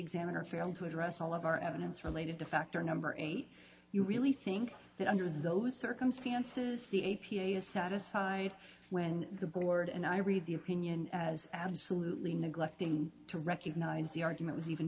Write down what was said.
examiner failed to address all of our evidence related to factor number eight you really think that under those circumstances the a p a is satisfied when the board and i read the opinion as absolutely neglecting to recognize the argument was even